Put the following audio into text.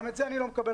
גם את זה אני לא מקבל.